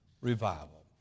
revival